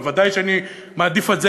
בוודאי שאני מעדיף את זה,